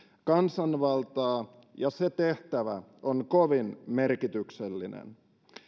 kansanvaltaa ja se tehtävä on kovin merkityksellinen